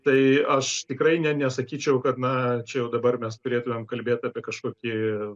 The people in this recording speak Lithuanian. tai aš tikrai ne nesakyčiau kad na čia jau dabar mes turėtumėm kalbėt apie kažkokį